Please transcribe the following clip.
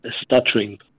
stuttering